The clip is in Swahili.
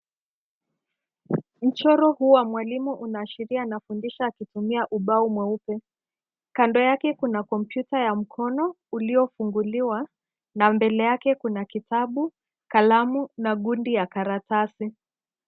Mchoro huu wa mwalimu unaashiria anafundisha akitumia ubao mweupe. Kando yake kuna kompyuta ya mkono uliofunguliwa na mbele yake kuna kitabu, kalamu na gundi ya karatasi.